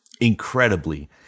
incredibly